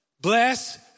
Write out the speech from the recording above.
bless